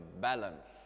balance